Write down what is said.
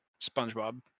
spongebob